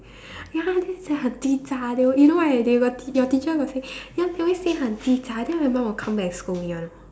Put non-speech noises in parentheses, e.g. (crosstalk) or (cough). (breath) ya they say 很鸡杂 you know right they will your teacher will say ya they always say 很鸡杂 then my mum will come back and scold me one